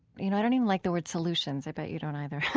you know, i don't even like the word solutions. i bet you don't either.